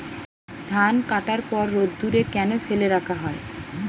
ধান কাটার পর রোদ্দুরে কেন ফেলে রাখা হয়?